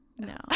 No